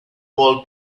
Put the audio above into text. call